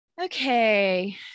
okay